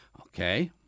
Okay